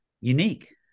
unique